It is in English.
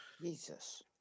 Jesus